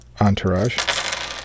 entourage